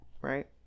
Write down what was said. right